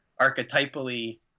archetypally